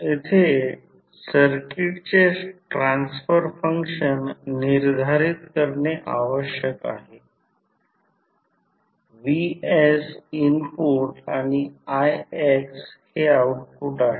येथे सर्किटचे transfer function निर्धारित करणे आवश्यक आहे Vs इनपुट आणि ix हे आउटपुट आहे